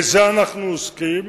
בזה אנחנו עוסקים,